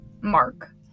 Mark